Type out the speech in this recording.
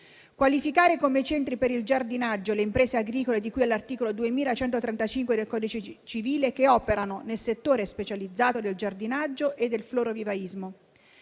qualificare come centri per il giardinaggio le imprese agricole di cui all'articolo 2135 del codice civile che operano nel settore specializzato del giardinaggio e del florovivaismo;